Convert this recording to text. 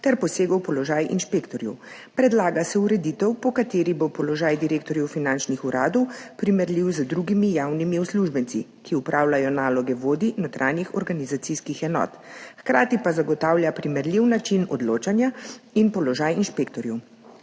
ter posegov v položaj inšpektorjev. Predlaga se ureditev, po kateri bo položaj direktorjev finančnih uradov primerljiv z drugimi javnimi uslužbenci, ki opravljajo naloge vodij notranjih organizacijskih enot, hkrati pa zagotavlja primerljiv način odločanja in položaj inšpektorjev.